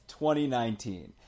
2019